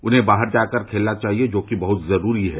उन्हें बाहर जाकर खेलना चाहिए ये बहुत जरूरी है